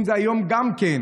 אם זה היום גם כן,